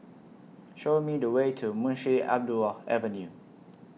Show Me The Way to Munshi Abdullah Avenue